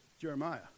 Jeremiah